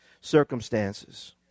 circumstances